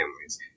families